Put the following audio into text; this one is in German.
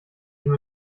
ihm